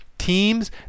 Teams